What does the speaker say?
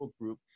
group